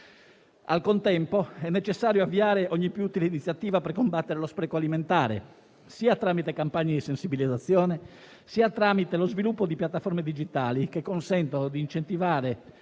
Al contempo è necessario avviare ogni utile iniziativa per combattere lo spreco alimentare sia attraverso campagne di sensibilizzazione, sia tramite lo sviluppo di piattaforme digitali, che consentano di incentivare